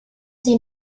sie